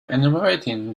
enumerating